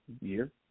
year